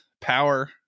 power